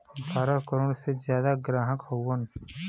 बारह करोड़ से जादा ग्राहक हउवन